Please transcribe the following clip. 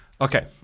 Okay